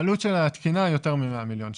העלות של התקינה היא יותר מ-100 מיליון שקל.